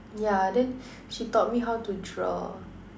yeah then she taught me how to draw